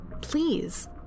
please